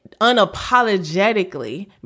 unapologetically